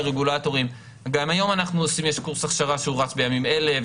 לרגולטורים גם היום יש קורס הכשרה שרץ בימים אלה,